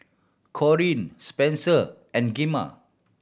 Corrine Spenser and Gemma